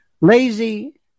Lazy